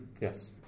yes